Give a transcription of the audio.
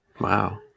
Wow